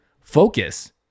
focus